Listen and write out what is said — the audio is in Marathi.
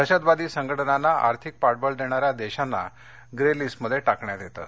दहशतवादी संघटनांना आर्थिक पाठबळ देणाऱ्या देशांना ग्रे लिस्टमध्ये टाकण्यात येतं